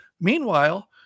Meanwhile